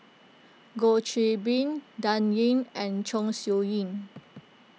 Goh Qiu Bin Dan Ying and Chong Siew Ying